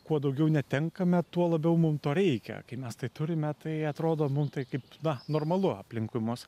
kuo daugiau netenkame tuo labiau mum to reikia kai mes tai turime tai atrodo mum tai kaip na normalu aplinkui mus